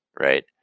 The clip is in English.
right